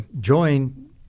join